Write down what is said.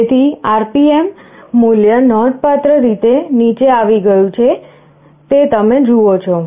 તેથી RPM મૂલ્ય નોંધપાત્ર રીતે નીચે આવી ગયું છે જે તમે જુઓ છો